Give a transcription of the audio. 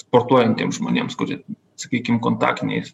sportuojantiem žmonėms kuri sakykim kontaktiniais